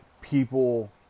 people